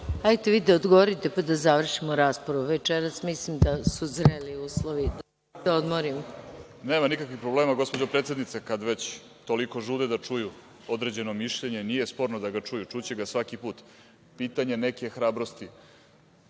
Hvala. Hajde vi da odgovorite, pa da završimo raspravu večeras. Mislim da su zreli uslovi da odmorimo. **Vladimir Orlić** Nema nikakvih problema, gospođo predsednice, kad već toliko žure da čuju određeno mišljenje, nije sporno da ga čuju, čuće ga svaki put, pitanje neke hrabrosti. Stvarno